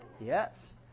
Yes